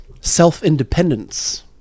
self-independence